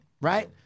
right